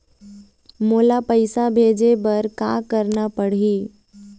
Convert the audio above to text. मोला पैसा भेजे बर का करना पड़ही?